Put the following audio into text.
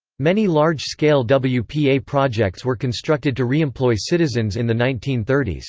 many large-scale wpa yeah wpa projects were constructed to reemploy citizens in the nineteen thirty s.